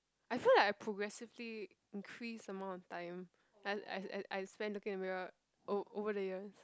I feel like I progressively increase amount of time I I I I spend looking at the mirror ov~ over the years